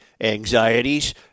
anxieties